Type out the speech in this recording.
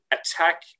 attack